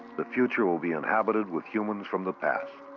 the future will be inhabited with humans from the past.